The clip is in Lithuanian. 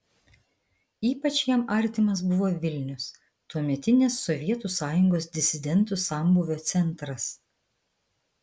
ypač jam artimas buvo vilnius tuometinės sovietų sąjungos disidentų sambūvio centras